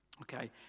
okay